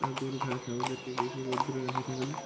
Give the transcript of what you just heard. আর গরু ভেড়া ছাগলকে বেশি রৌদ্রে রাখা যাবে না